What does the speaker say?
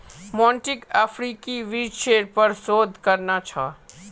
मोंटीक अफ्रीकी वृक्षेर पर शोध करना छ